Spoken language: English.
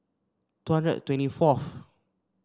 two hundred twenty fourth